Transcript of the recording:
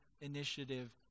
initiative